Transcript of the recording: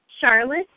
Charlotte